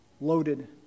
loaded